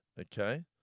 Okay